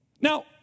Now